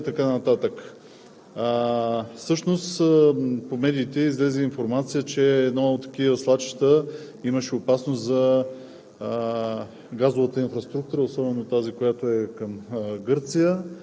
преливане на язовири, свлачища, срутища и така нататък. Всъщност по медиите излезе информация, че от много такива свлачища имаше опасност за